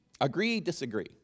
Agree-disagree